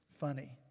funny